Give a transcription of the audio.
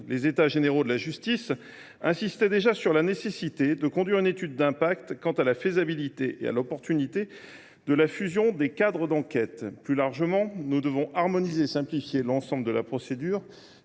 Les États généraux de la justice insistaient déjà sur la nécessité de conduire une étude d’impact sur la faisabilité et l’opportunité de la fusion des cadres d’enquête. Plus largement, nous devons harmoniser et simplifier l’ensemble de la procédure.